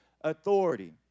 authority